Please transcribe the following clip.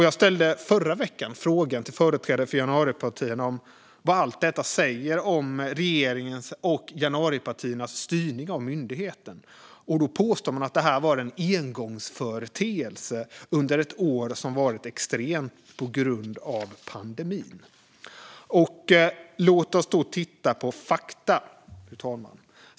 Jag ställde förra veckan frågan till företrädare för januaripartierna om vad allt detta säger om regeringens och januaripartiernas styrning av myndigheten. Då påstod man att det var en engångsföreteelse under ett år som varit extremt på grund av pandemin. Låt oss då titta på fakta, fru talman.